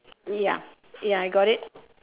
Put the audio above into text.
ya ya I got it